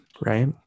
right